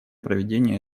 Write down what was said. проведения